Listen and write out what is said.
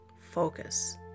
Focus